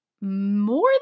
more